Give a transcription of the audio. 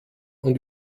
und